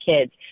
kids